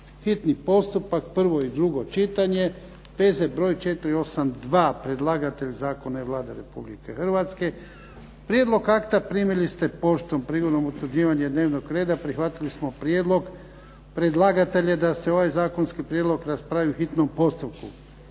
hitni postupak, prvo i drugo čitanje P.Z. broj 482 Predlagatelj zakona je Vlada Republike Hrvatske. Prijedlog akta primili ste poštom. Prigodom utvrđivanja dnevnog reda prihvatili smo prijedlog predlagatelja da se ovaj zakonski prijedlog raspravi u hitnom postupku.